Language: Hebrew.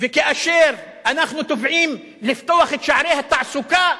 וכאשר אנחנו תובעים לפתוח את שערי התעסוקה,